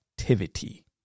activity